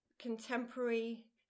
contemporary